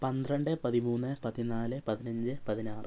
പന്ത്രണ്ട് പതിമൂന്ന് പതിനാല് പതിനഞ്ച് പതിനാറ്